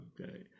Okay